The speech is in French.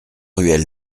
ruelle